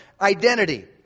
identity